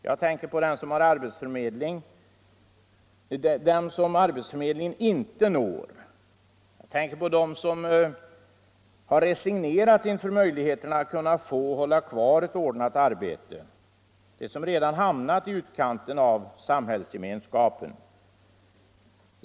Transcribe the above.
Jag tänker på dem som arbetsförmedlingen inte når, på dem som redan har resignerat inför svårigheten att få och behålla ett ordnat arbete, de som redan har hamnat i utkanten av samhällsgemenskapen.